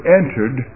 entered